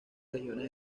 regiones